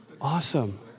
Awesome